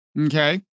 Okay